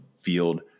field